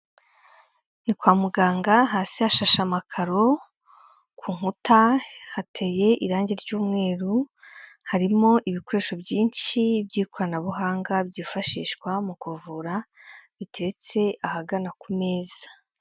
Ni kwa muganga hasi hashashe amakaro, ku nkuta hateye irangi ry'umweru, harimo ibikoresho byinshi by'ikoranabuhanga byifashishwa mu kuvura, biteretse ahagana ku meza.